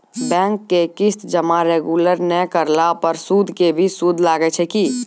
Bank के किस्त जमा रेगुलर नै करला पर सुद के भी सुद लागै छै कि?